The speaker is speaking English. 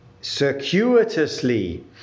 circuitously